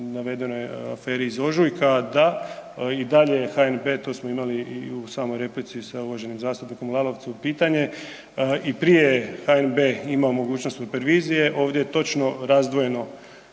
navedenoj aferi iz ožujka da i dalje HNB, to smo imali i u samoj replici sa uvaženim zastupnikom Lalovcem pitanje, i prije je HNB imao mogućnost supervizije, ovdje je točno razdvojeno